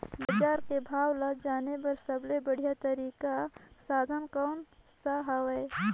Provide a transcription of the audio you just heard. बजार के भाव ला जाने बार सबले बढ़िया तारिक साधन कोन सा हवय?